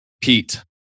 Pete